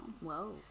Whoa